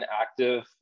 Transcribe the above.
active